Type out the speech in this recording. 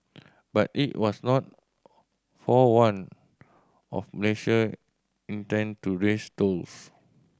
but it was not forewarned of Malaysia intent to raise tolls